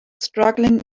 struggling